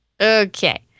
Okay